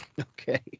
Okay